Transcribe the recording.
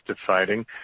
deciding